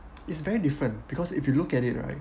it's very different because if you look at it right